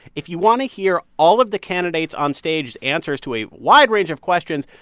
if you want to hear all of the candidates on stage's answers to a wide range of questions,